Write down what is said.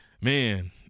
man